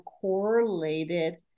correlated